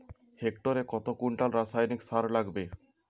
হেক্টরে কত কুইন্টাল রাসায়নিক সার লাগবে?